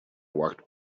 walked